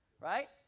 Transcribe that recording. right